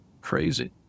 crazy